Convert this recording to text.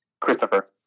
Christopher